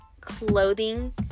clothing